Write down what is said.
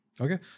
Okay